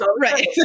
Right